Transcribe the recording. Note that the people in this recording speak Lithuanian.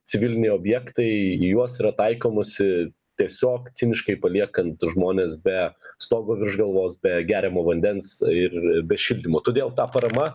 civiliniai objektai į juos yra taikomasi tiesiog ciniškai paliekant žmones be stogo virš galvos be geriamo vandens ir be šildymo todėl ta parama